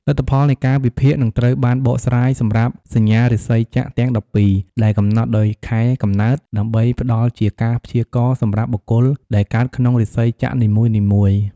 លទ្ធផលនៃការវិភាគនឹងត្រូវបានបកស្រាយសម្រាប់សញ្ញារាសីចក្រទាំង១២ ដែលកំណត់ដោយខែកំណើត ដើម្បីផ្តល់ជាការព្យាករណ៍សម្រាប់បុគ្គលដែលកើតក្នុងរាសីចក្រនីមួយៗ។